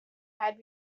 had